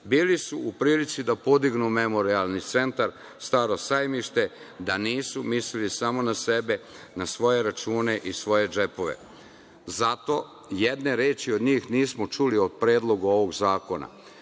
bili su u prilici da podignu Memorijalni centar "Staro sajmište", da nisu mislili samo na sebe, na svoje račune i svoje džepove. Zato jedne reči od njih nismo čuli o Predlogu ovog zakona.